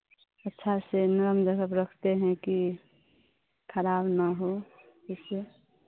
अच्छा से नरम जगह पर रखते हैं की खराब ना हो इससे